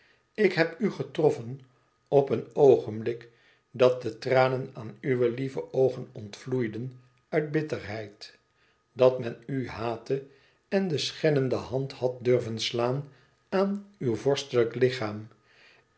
ik heb u getroffen op een oogenblik dat de tranen aan uwe lieve oogen ontvloeiden uit bitterheid dat men u haatte en de schennende hand had durven slaan aan uw vorstelijk lichaam